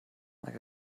like